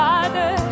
Father